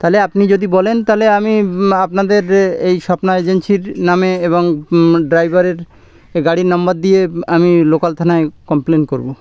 তাহলে আপনি যদি বলেন তাহলে আমি আপনাদের এই স্বপ্না এজেন্সির নামে এবং ড্রাইভারের গাড়ির নম্বর দিয়ে আমি লোকাল থানায় কমপ্লেন করব